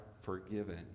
forgiven